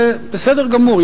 זה בסדר גמור.